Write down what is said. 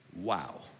Wow